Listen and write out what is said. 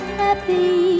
happy